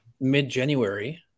mid-January